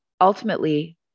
ultimately